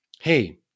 hey